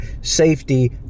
safety